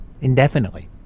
Indefinitely